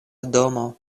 domo